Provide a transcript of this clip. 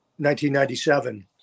1997